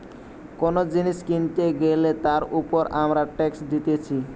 কোন জিনিস কিনতে গ্যালে তার উপর আমরা ট্যাক্স দিতেছি